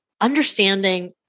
understanding